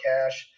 Cash